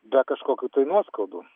be kažkokių tai nuoskaudų